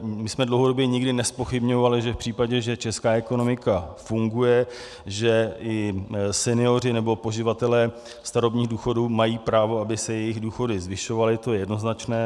My jsme dlouhodobě nikdy nezpochybňovali, že v případě, že česká ekonomika funguje, i senioři nebo poživatelé starobních důchodů mají právo, aby se jejich důchody zvyšovaly, to je jednoznačné.